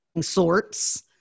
sorts